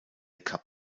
cup